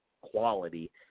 quality